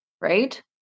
right